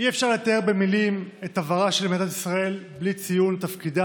אי-אפשר לתאר במילים את עברה של מדינת ישראל בלי ציון תפקידן